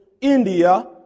India